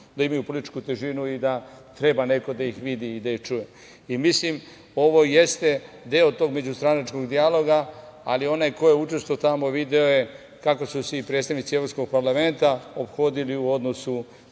da imaju političku težinu i da treba neko da ih vidi i da ih čuje. Ovo jeste deo tog međustranačkog dijaloga, ali onaj ko je učestvovao tamo video je kako su se i predstavnici Evropskog parlamenta ophodili u odnosu